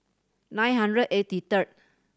nine hundred eighty third